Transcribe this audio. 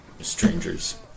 strangers